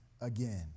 again